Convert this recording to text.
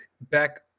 back